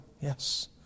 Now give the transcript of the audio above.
Yes